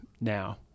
now